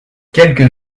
quelques